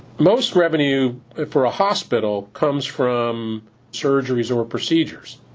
most revenue for a hospital comes from surgeries or procedures,